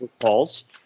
calls